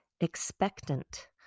expectant